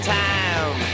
time